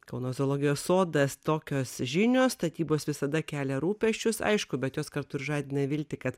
kauno zoologijos sodas tokios žinios statybos visada kelia rūpesčius aišku bet jos kartu ir žadina viltį kad